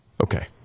Okay